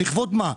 לכבוד מה?